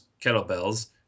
kettlebells